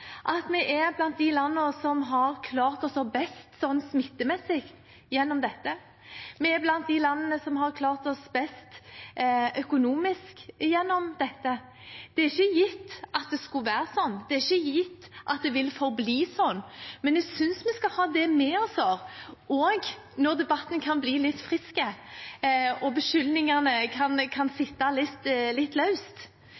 at vi er blant de landene som har klart seg best smittemessig gjennom dette. Vi er blant de landene som har klart seg best økonomisk gjennom dette. Det er ikke gitt at det skulle være sånn. Det er ikke gitt at det vil forbli sånn. Men jeg synes vi skal ha det med oss, også når debatten kan bli litt frisk, og beskyldningene kan